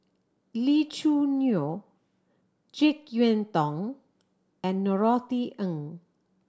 Lee Choo Neo Jek Yeun Thong and Norothy Ng